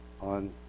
on